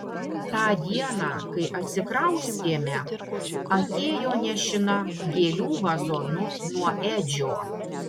tą dieną kai atsikraustėme atėjo nešina gėlių vazonu nuo edžio